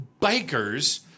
bikers